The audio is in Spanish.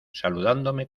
saludándome